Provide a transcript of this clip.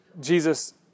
Jesus